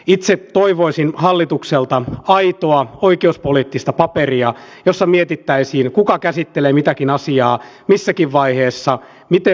itse toivoisin hallitukselta aitoa kymmeneen vuoteen ei ole niin vähäinen määrä nostanut veroprosentteja kuin nytten